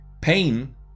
Pain